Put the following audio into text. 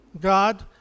God